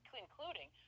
including